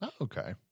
Okay